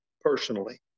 personally